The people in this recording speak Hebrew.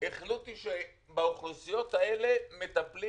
החליטו שבאוכלוסיות האלה מטפלים